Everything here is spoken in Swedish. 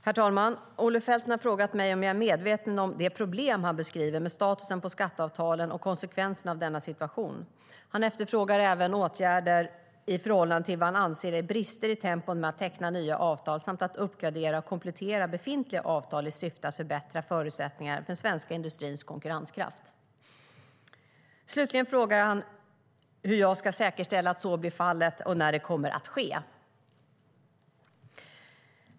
Herr talman! Olle Felten har frågat mig om jag är medveten om det problem han beskriver med statusen på skatteavtalen och konsekvenserna av denna situation. Han efterfrågar även åtgärder i förhållande till vad han anser är brister i tempot med att teckna nya avtal samt att uppgradera och komplettera befintliga avtal i syfte att förbättra förutsättningarna för den svenska industrins konkurrenskraft. Slutligen frågar han hur jag ska säkerställa att så blir fallet och när det kommer att ske.